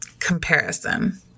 comparison